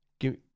Give